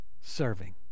serving